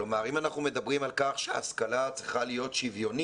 כלומר אנחנו מדברים על כך שההשכלה צריכה להיות שוויונית